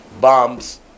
bombs